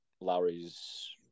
Lowry's